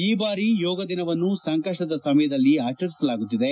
ಈ ಬಾರಿ ಯೋಗದಿನವನ್ನು ಸಂಕಷ್ವದ ಸಮಯದಲ್ಲಿ ಆಚರಿಸಲಾಗುತ್ತಿದೆ